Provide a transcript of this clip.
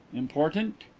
important?